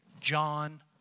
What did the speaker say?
John